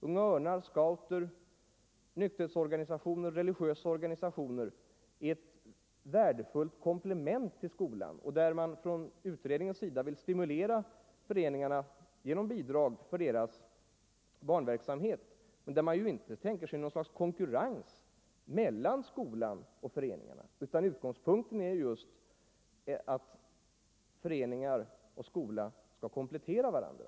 Unga örnar, scouter, nykterhetsorganisationer och religiösa organisationer skall vara ett värdefullt komplement till skolan. Utredningen vill stimulera föreningarna genom bidrag till deras barnverksamhet, men man tänker sig inte något slags konkurrens mellan skolan och föreningarna, utan utgångspunkten är just att föreningar och skola skall komplettera varandra.